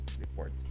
report